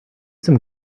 some